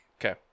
Okay